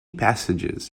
passages